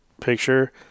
picture